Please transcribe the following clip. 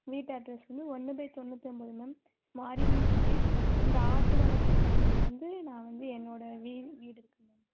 வீட்டு அட்ரஸ் வந்து ஒன்று பை தொண்ணூற்று ஒன்போது மேம் மாரியம்மன் ஸ்ட்ரீட் இந்த ஆத்து வளப்புக்காலில் வந்து நான் வந்து என்னோடய வீ வீடு இருக்குது மேம்